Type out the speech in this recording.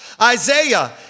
Isaiah